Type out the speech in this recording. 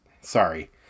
Sorry